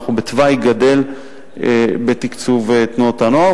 אנחנו בתוואי גדל בתקצוב תנועות הנוער,